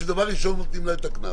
שדבר ראשון נותנים לה את הקנס.